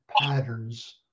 patterns